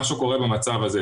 מה שקורה במצב הזה,